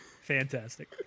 Fantastic